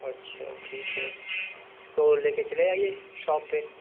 اچھا ٹھیک ہے تو لے کے چلے آئیے شاپ پہ